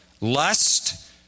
lust